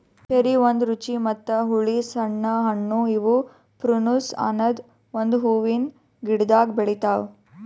cherry ಒಂದ್ ರುಚಿ ಮತ್ತ ಹುಳಿ ಸಣ್ಣ ಹಣ್ಣು ಇವು ಪ್ರುನುಸ್ ಅನದ್ ಒಂದು ಹೂವಿನ ಗಿಡ್ದಾಗ್ ಬೆಳಿತಾವ್